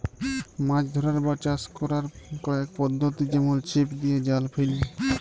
মাছ ধ্যরার বা চাষ ক্যরার কয়েক পদ্ধতি যেমল ছিপ দিঁয়ে, জাল ফ্যাইলে